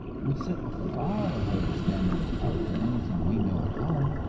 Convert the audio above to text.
which set a far higher standard of art than anything we know at home.